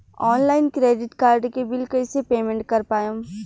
Online credit card के bill कइसे payment कर पाएम?